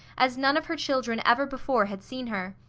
as none of her children ever before had seen her.